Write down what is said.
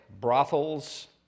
brothels